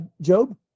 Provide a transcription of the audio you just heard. Job